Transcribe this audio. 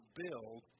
build